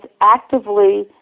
actively